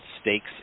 stakes